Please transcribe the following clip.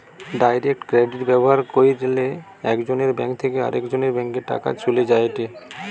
direct credit ব্যবহার কইরলে একজনের ব্যাঙ্ক থেকে আরেকজনের ব্যাংকে টাকা চলে যায়েটে